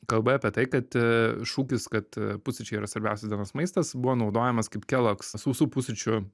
kalba apie tai kad ee šūkis kad e pusryčiai yra svarbiausias dienos maistas buvo naudojamas kaip kellogg sausų pusryčių